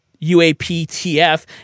UAPTF